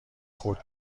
خرد